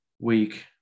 week